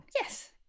Yes